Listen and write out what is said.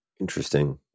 interesting